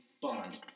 bond